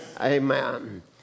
Amen